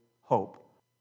hope